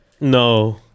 No